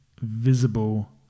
visible